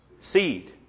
seed